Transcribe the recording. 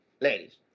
Ladies